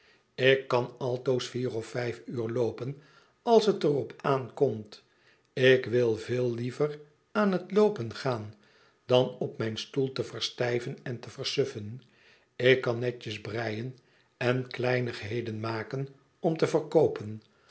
ik kan nog altoos vier of vijf uur loopen als het er op aankomt ik wil veel liever aan het loopen gaan dan op mijn stoel te verstijven en te versuffen ik kan netjes breien en kleinigheden maken om te verkoopen